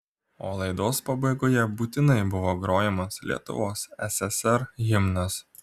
o laidos pabaigoje būtinai buvo grojamas lietuvos ssr himnas